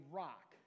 rock